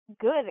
good